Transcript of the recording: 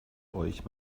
euch